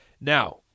Now